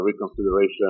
reconsideration